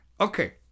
Okay